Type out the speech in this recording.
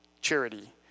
charity